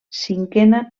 cinquena